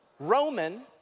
Roman